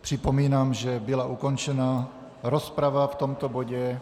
Připomínám, že byla ukončena rozprava v tomto bodě.